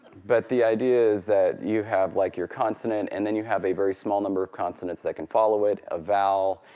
but the idea is that you have like your consonant and then you have a very small number of consonants that can follow it, a vowel,